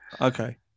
Okay